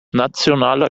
nationaler